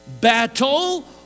battle